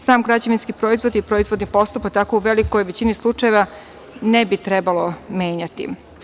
Sam građevinski proizvod je proizvodni postupak, pa ga tako u velikoj većini slučajeva ne bi trebalo menjati.